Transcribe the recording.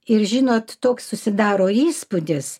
ir žinot toks susidaro įspūdis